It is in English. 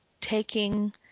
taking